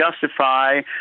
justify